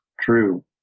True